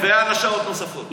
ועל השעות הנוספות.